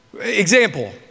Example